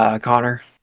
Connor